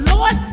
Lord